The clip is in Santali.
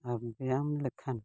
ᱟᱨ ᱵᱮᱭᱟᱢ ᱞᱮᱠᱷᱟᱱ